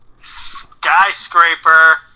Skyscraper